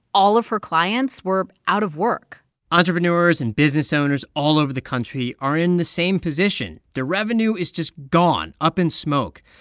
all of her clients were out of work entrepreneurs and business owners all over the country are in the same position. their revenue is just gone, up in smoke.